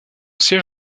siège